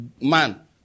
man